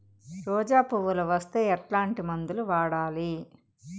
రోజా పువ్వులు వస్తే ఎట్లాంటి మందులు వాడాలి?